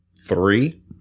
Three